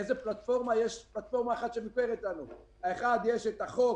יש פלטפורמה אחת שמוכרת לנו יש החוק